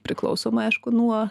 priklausomai aišku nuo